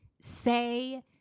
Say